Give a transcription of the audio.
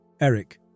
Eric